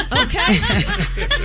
Okay